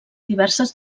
diverses